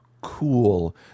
cool